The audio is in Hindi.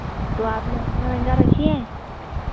तो आप लहेंगा वहेंगा रखी हैं